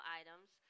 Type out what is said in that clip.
items